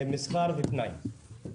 מסחר ופנאי.